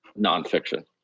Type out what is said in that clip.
nonfiction